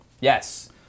Yes